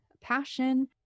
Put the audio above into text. passion